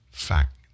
fact